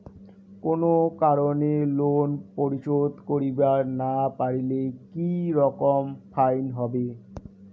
কোনো কারণে লোন পরিশোধ করিবার না পারিলে কি রকম ফাইন হবে?